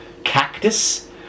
Cactus